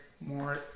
more